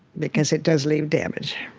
because it does leave damage.